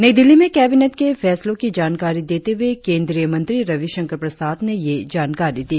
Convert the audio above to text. नई दिल्ली में कैबिनेट के फैसलों की जानकारी देते हुए केंद्रीय मंत्री रविशंकर प्रसाद ने यह जानकारी दी